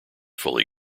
fully